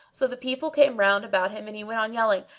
so the people came round about him and he went on yelling,